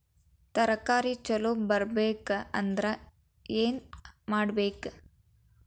ತರಕಾರಿ ಛಲೋ ಬರ್ಬೆಕ್ ಅಂದ್ರ್ ಏನು ಮಾಡ್ಬೇಕ್?